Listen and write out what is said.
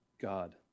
God